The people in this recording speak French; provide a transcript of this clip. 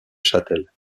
châtel